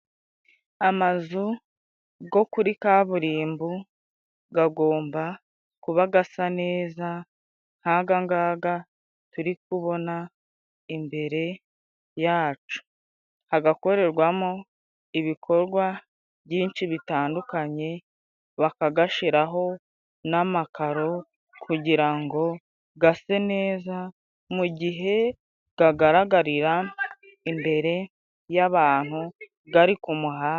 Amazu gwo kuri kaburimbo gagomba kuba gasa neza nkagangaga turi kubona imbere yacu hagakorerwamo ibikorwa byinshi bitandukanye bakagashiraho n'amakaro kugira ngo gase neza mu gihe kagaragarira imbere y'abantu gari ku muhanda.